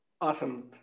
Awesome